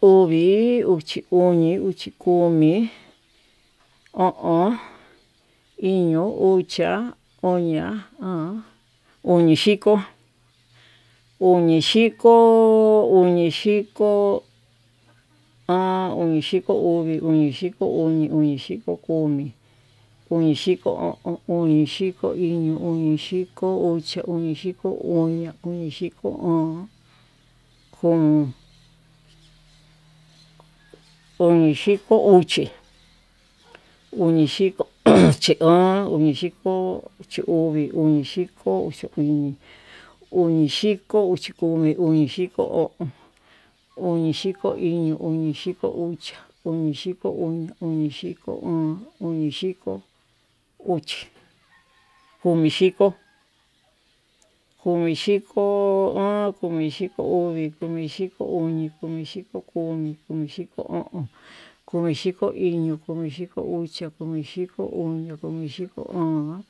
Ovii, uxi komi, o'on, iño, uxia, oñia oon, oñixhiko, oñixhiko, oon, oñixhiko uvi, oñixhiko oñi, oñixhiko komi, komixhiko o'on, komixhiko iño, oñichiko uxi, uñixhiko uñia, oñixhiko óón, oñixhiko uxi, oñixhiko uxi oon, oñixhiko uxi uvi, oñixhiko uxi oñi, oñixhiko uxi komi, oñixhiko o'o, oñixhiko iño, oñixhiko uxia, oñixhiko oña, oñixhiko o'on, oñixhiko uxi, komixhiko, komixhiko oon, komixhiko uvi, komixhiko oñi, komixhiko komi, komixhiko o'on, komixhiko iño, komixhiko uxia, komixhiko oñia, komixhilo óón,